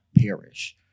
perish